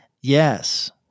Yes